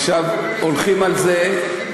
עכשיו הולכים על זה,